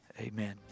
Amen